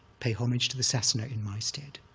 pay homage to the sasana in my stead,